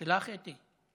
שלך, אתי?